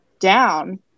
down